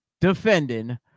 defending